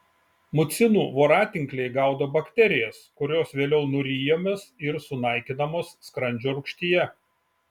mucinų voratinkliai gaudo bakterijas kurios vėliau nuryjamos ir sunaikinamos skrandžio rūgštyje